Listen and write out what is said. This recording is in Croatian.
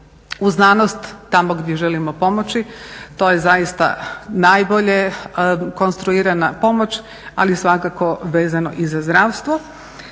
u znanost, tamo gdje želimo pomoći. To je zaista najbolje konstruirana pomoć, ali svakako vezano i za zdravstvo.